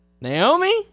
Naomi